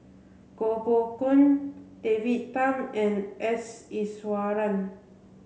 Koh Poh Koon David Tham and S Iswaran